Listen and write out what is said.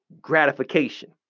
Gratification